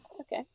Okay